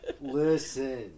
listen